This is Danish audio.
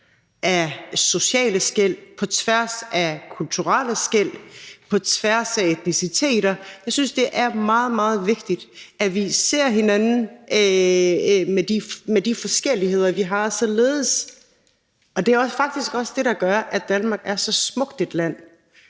af sociale skel, på tværs af kulturelle skel, på tværs af etniciteter. Jeg synes, det er meget, meget vigtigt, at vi ser hinanden med de forskelligheder, vi har, således at vi – og det er faktisk også det, der gør, at Danmark er så smukt et land